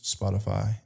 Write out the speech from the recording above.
Spotify